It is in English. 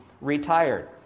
retired